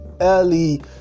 early